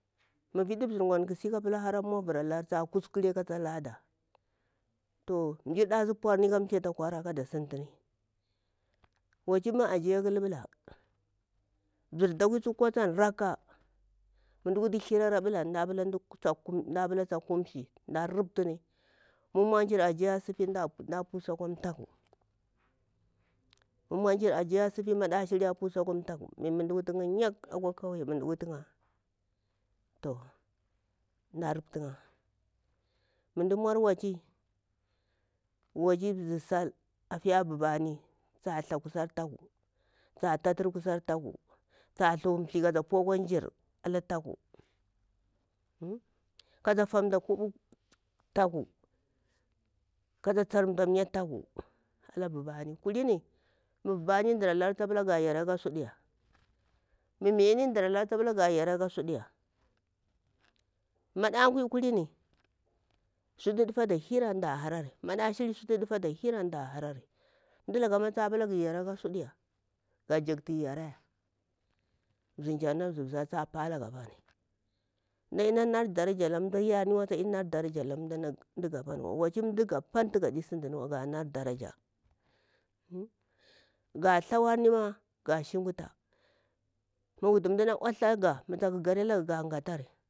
Vita zirkwani pila silawa ta kuskara kafa lada mjir asi purni ka thi afa kwara kada sintini waci mu ajiya ƙa lubula mzir daƙwai ko tan rakka ma thirari a ɓula da pila ta kumshi mda ruptimi mu manar ajiya a sifi mda pusi akwa thaku mu moncir ajiya a sifi maƙa shili a pusi akwa thaku mu mda wutu iya yak mu mda maur waci, waci mzir sal afiya bubani ta tha kasar taku ta tatur kusar taku ta thu thi kata pu jir ala taku kafa famta kaba taku kata tsarumta mya ta ku ala babani kulmi mu bubani ɗalari ta pula ga yara ka suƙa ya mu miyani ɗalari ta pula ga yara ka sudu ya, maɗaƙwai kuhin sutu dufada da hara antu da harar maƙa shiti sutu dufada hir a antu da harari mdalaka ma fa pula gha yaraka sudu ya ga jaktu yara ya zinƙar na zibzai ta palaga apani mdadi nar daraja da mdir yariwa tana daraja ala mada gapanwa waci mda gapanii gasinni mawa gana daraja ga thawani ma ga shuguta muga wuta mdana uthagi mu tsak ɗiralaga ga ghatari.